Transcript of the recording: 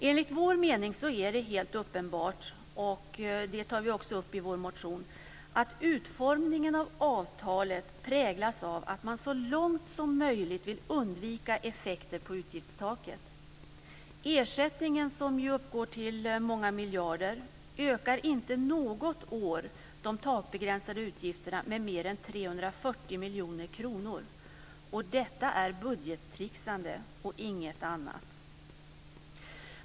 Enligt vår mening är det helt uppenbart - och det tar vi också upp i vår motion - att utformningen av avtalet präglas av att man så långt som möjligt vill undvika effekter på utgiftstaket. Ersättningen, som ju uppgår till många miljarder, ökar inte något år de takbegränsade utgifterna med mer än 340 miljoner kronor. Detta är budgettricksande och inget annat.